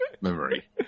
memory